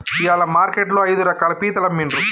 ఇయాల మార్కెట్ లో ఐదు రకాల పీతలు అమ్మిన్రు